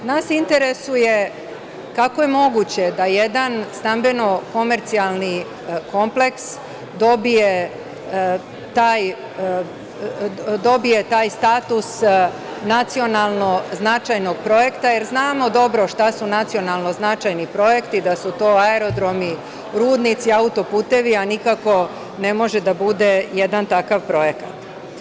Nas interesuje kako je moguće da jedan stambeno-komercijalni kompleks dobije taj status nacionalno značajnog projekta, jer znamo dobro šta su nacionalno značajni projekti i da su to aerodromi, rudnici, auto putevi, a nikako ne može da bude jedan takav projekat.